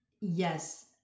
Yes